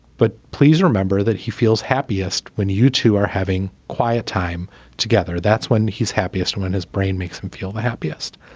but please remember that he feels happiest when you two are having quiet time together that's when he's happiest when his brain makes him feel the happiest